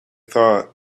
thought